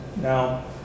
Now